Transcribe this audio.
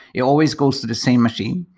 it always goes to the same machine.